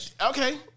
okay